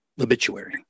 obituary